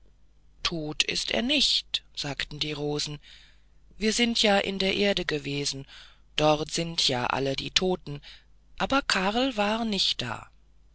tot ist er nicht sagten die rosen wir sind ja in der erde gewesen dort sind ja alle die toten aber karl war nicht da